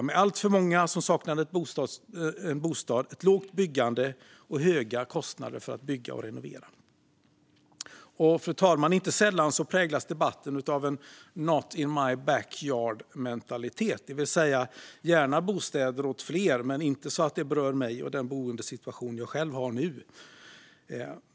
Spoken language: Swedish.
Det är alltför många som saknar en bostad på grund av att för få bostäder byggs och att kostnaderna är höga för att bygga och renovera. Fru talman! Inte sällan präglas debatten av not in my backyard-mentalitet, det vill säga gärna bostäder åt fler men inte så att det berör mig och den boendesituation jag själv har nu.